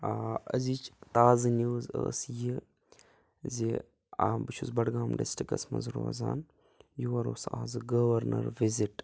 ٲں أزِچ تازٕ نِوٕز ٲس یہِ زِ ٲں بہٕ چھُس بَڈگام ڈِسٹِرٛکَس منٛز روزان یورٕ اوس آزٕ گورنَر وِزِٹ